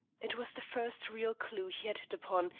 it was the first real clue he had hit upon,